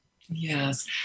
Yes